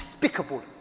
despicable